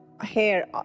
hair